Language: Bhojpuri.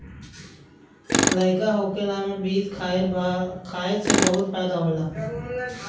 लइका होखला में बीन्स खाए से बहुते फायदा होला